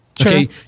Okay